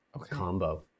combo